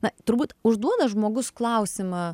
na turbūt užduoda žmogus klausimą